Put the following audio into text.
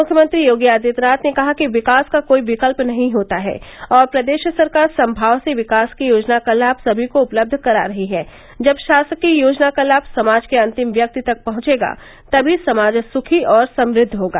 मुख्यमंत्री योगी आदित्यनाथ ने कहा कि विकास का कोई विकल्प नही होता है और प्रदेश सरकार समभाव से विकास की योजना का लाभ सभी को उपलब्ध करा रही है जब शासकीय योजना का लाम समाज के अंतिम व्यक्ति तक पहुंचेगा तभी समाज सुखी और समृद्व होगा